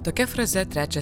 tokia fraze trečią